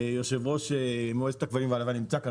יושב-ראש מועצת הכבלים והלוויין נמצא כאן,